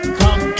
come